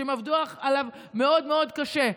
שהם עבדו עליו מאוד מאוד קשה,